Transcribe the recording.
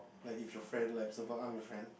like if your friend like example I'm your friend